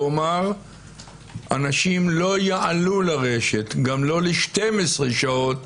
כלומר אנשים לא יעלו לרשת גם לא ל-12 שעות